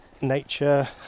nature